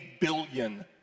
billion